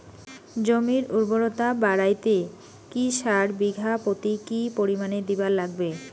জমির উর্বরতা বাড়াইতে কি সার বিঘা প্রতি কি পরিমাণে দিবার লাগবে?